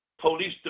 Police